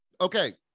Okay